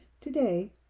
Today